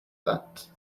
that